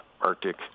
Arctic